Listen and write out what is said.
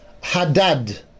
Hadad